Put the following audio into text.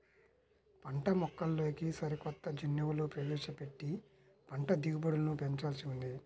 పంటమొక్కల్లోకి సరికొత్త జన్యువులు ప్రవేశపెట్టి పంట దిగుబడులను పెంచాల్సి ఉంది